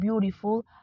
beautiful